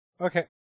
Okay